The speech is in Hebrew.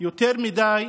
עולה יותר מדי,